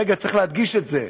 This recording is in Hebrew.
רגע, צריך להדגיש את זה,